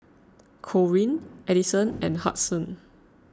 Corene Adison and Hudson